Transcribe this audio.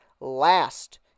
last